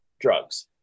drugs